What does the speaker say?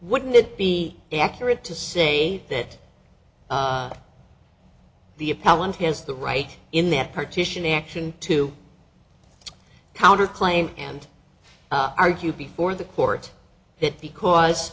wouldn't it be accurate to say that the appellant has the right in that partition action to counter claim and argue before the court that because